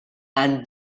and